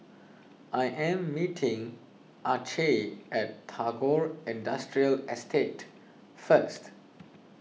I am meeting Acey at Tagore Industrial Estate first